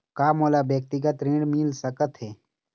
का मोला व्यक्तिगत ऋण मिल सकत हे?